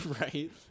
right